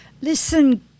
Listen